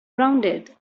rounded